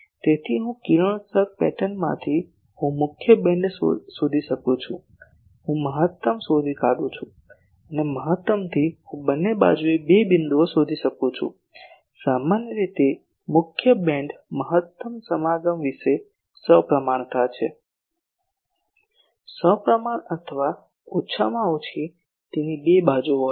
તેથી હું કિરણોત્સર્ગ પેટર્નમાંથી હું મુખ્ય બીમ શોધી શકું છું હું મહત્તમ શોધી કાઢું છું અને મહત્તમથી હું બંને બાજુએ બે બિંદુઓ શોધી શકું છું સામાન્ય રીતે મુખ્ય બીમ મહત્તમ સમાગમ વિશે સપ્રમાણતા છે સપ્રમાણ અથવા ઓછામાં ઓછી તેની બે બાજુઓ હોય છે